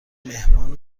مهمان